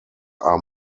are